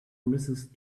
mrs